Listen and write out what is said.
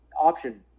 option